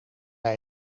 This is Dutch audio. hij